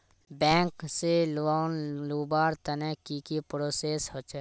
Bank से loan लुबार तने की की प्रोसेस होचे?